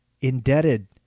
indebted